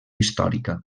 històrica